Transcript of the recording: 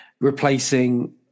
replacing